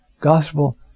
Gospel